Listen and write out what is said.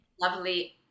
lovely